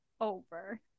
over